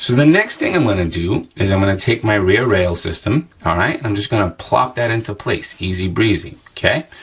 the next thing i'm gonna do is i'm gonna take my rear rail system, all right? and i'm just gonna plop that into place. easy breezy, okay?